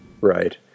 Right